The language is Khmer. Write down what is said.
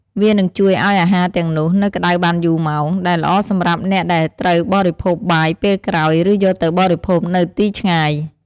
វានឹងជួយឲ្យអាហារទាំងនោះនៅក្ដៅបានយូរម៉ោង ដែលល្អសម្រាប់អ្នកដែលត្រូវបរិភោគបាយពេលក្រោយ ឬយកទៅបរិភោគនៅទីឆ្ងាយ។